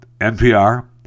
npr